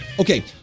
okay